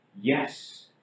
Yes